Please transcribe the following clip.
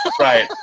Right